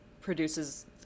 produces